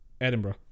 Edinburgh